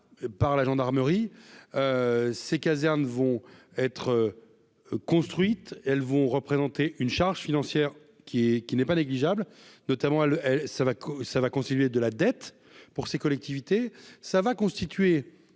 par la gendarmerie ces casernes vont être construites, elles vont représenter une charge financière qui, qui n'est pas négligeable notamment à le ça va, ça va continuer de la dette pour ces collectivités, ça va constituer